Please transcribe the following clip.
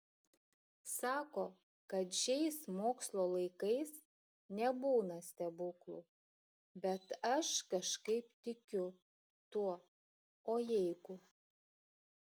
sako kad šiais mokslo laikais nebūna stebuklų bet aš kažkaip tikiu tuo o jeigu